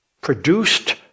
produced